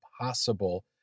possible